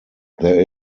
there